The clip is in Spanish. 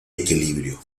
equilibrio